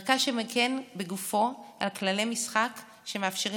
מרכז שמגן בגופו על כללי משחק שמאפשרים